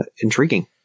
intriguing